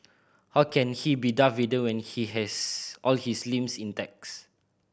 how can he be Darth Vader when he has all his limbs intact